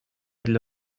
для